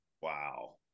Wow